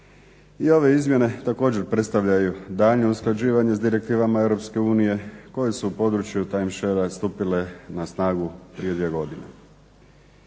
I ove izmjene također predstavljaju daljnje usklađivanje s direktivama Europske unije koje su u području time sharea stupile na snagu prije 2 godine.